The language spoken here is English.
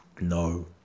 No